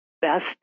best